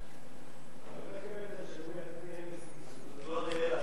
ממספר טלפון בלתי מזוהה),